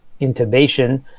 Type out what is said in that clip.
intubation